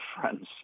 friends